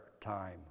time